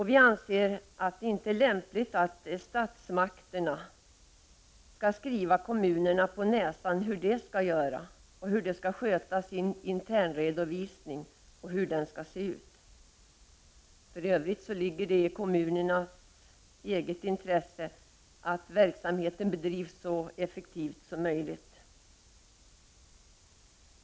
Vi anser att det inte är lämpligt att statsmakterna skall ”skriva kommunerna på näsan” hur de skall göra, hur de skall sköta sin internredovisning och hur den skall se ut. För övrigt ligger det i kommunernas eget intresse att verksamheten bedrivs så effektivt som möjligt.